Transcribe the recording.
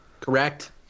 Correct